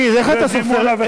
ואת דימונה,